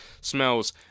smells